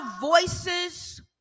voices